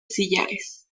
sillares